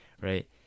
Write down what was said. right